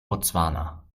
botswana